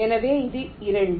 எனவே இது 2